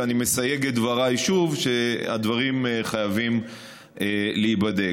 ואני מסייג את דבריי שוב: הדברים חייבים להיבדק.